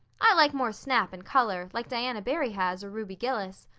i like more snap and color, like diana barry has or ruby gillis.